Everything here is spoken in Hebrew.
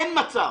אין מצב.